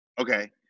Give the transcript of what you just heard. okay